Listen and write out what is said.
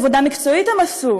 איזו עבודה מקצועית הם עשו?